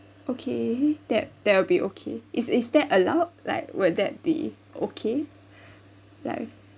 okay that that'll be okay is is that allow like will that be okay like